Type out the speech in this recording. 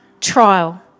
trial